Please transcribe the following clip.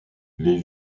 les